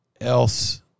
else